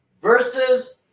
versus